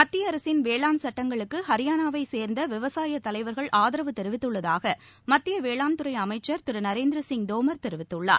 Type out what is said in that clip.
மத்திய அரசின் வேளாண் சட்டங்களுக்கு ஹியானவைச் சேர்ந்த விவசாய தலைவர்கள் ஆதரவு தெரிவித்துள்ளதாக மத்திய வேளாண்துறை அமைச்சள் திரு நரேந்திர சிங் தோமர் தெரிவித்துள்ளார்